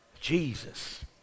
jesus